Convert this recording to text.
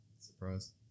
Surprise